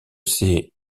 ses